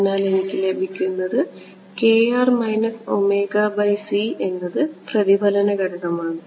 അതിനാൽ എനിക്ക് ലഭിക്കുന്നത് എന്നത് പ്രതിഫലന ഘടകമാണ്